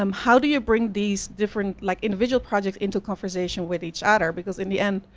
um how do you bring these different, like individual project into conversation with each other, because in the end,